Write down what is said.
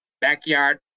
backyard